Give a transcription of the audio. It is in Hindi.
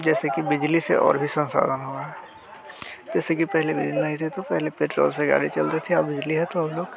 जैसे कि बिजली से और भी संसाधन हुआ जैसे कि पहिले बिजली नहीं थी तो पेट्रोल से गाड़ी चलती थी अब बिजली है तो हम लोग